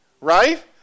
right